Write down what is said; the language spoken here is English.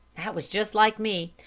that was just like me.